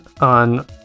on